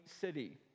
city